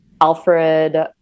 Alfred